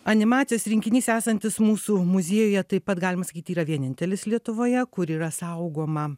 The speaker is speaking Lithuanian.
animacijos rinkinys esantis mūsų muziejuje taip pat galima sakyt yra vienintelis lietuvoje kur yra saugoma